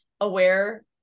aware